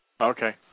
Okay